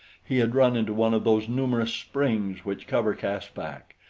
he had run into one of those numerous springs which cover caspak.